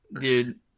dude